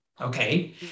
okay